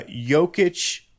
Jokic